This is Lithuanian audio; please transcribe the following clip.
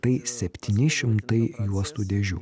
tai septyni šimtai juostų dėžių